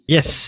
Yes